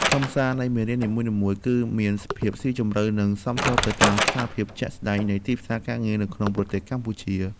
ខ្លឹមសារនៃមេរៀននីមួយៗ គឺមានភាពស៊ីជម្រៅនិងសមស្របទៅនឹងស្ថានភាពជាក់ស្តែងនៃទីផ្សារការងារនៅក្នុងប្រទេសកម្ពុជា។